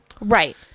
Right